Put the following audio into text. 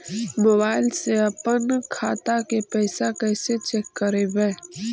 Mobile से अपन खाता के पैसा कैसे चेक करबई?